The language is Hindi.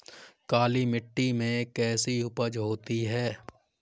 काली मिट्टी में कैसी उपज होती है?